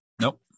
Nope